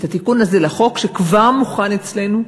התיקון הזה לחוק, שכבר מוכן אצלנו,